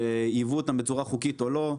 שייבוא אותם בצורה חוקית או לא.